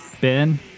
Ben